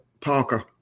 Parker